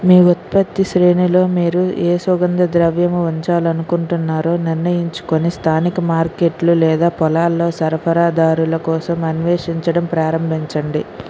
మీ ఉత్పత్తి శ్రేణిలో మీరు ఏ సుగంధ ద్రవ్యము ఉంచాలనుకుంటున్నారో నిర్ణయించుకుని స్థానిక మార్కెట్లు లేదా పొలాల్లో సరఫరాదారుల కోసం అన్వేషించడం ప్రారంభించండి